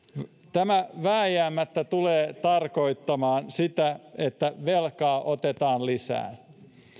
tämä vääjäämättä tulee tarkoittamaan sitä että velkaa otetaan lisää